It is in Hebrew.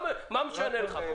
למה זה משנה לך?